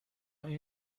این